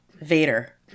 Vader